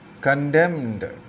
condemned